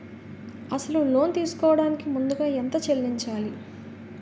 అసలు లోన్ తీసుకోడానికి ముందుగా ఎంత చెల్లించాలి?